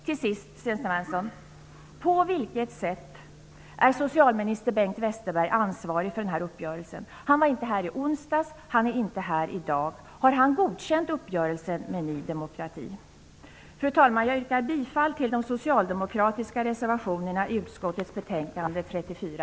Till sist, Sten Svensson: På vilket sätt är socialminister Bengt Westerberg ansvarig för denna uppgörelse? Han var inte här i onsdags, och han är inte här i dag heller. Har han godkänt uppgörelsen med Ny demokrati? Fru talman! Jag yrkar bifall till de socialdemokratiska reservationerna i utskottets betänkande 34.